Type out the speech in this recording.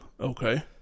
Okay